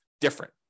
different